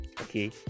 Okay